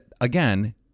again